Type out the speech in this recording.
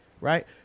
right